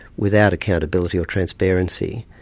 without accountability or transparency,